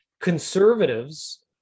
Conservatives